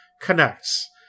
connects